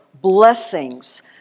blessings